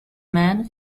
men